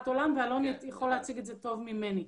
עולם ואלון יכול להציג את זה טוב ממני.